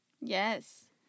Yes